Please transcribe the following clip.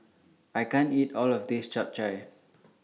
I can't eat All of This Chap Chai